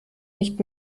nicht